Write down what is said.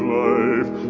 life